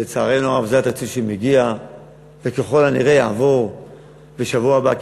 ולצערנו הרב זה התקציב שמגיע וככל הנראה יעבור בשבוע הבא,